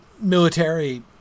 military